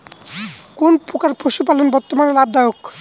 কোন প্রকার পশুপালন বর্তমান লাভ দায়ক?